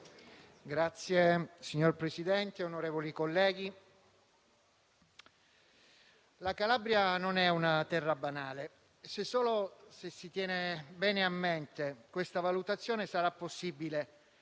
la Calabria non è una terra banale. Solo se si tiene bene a mente questa valutazione sarà possibile,